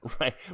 Right